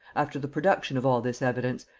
after the production of all this evidence,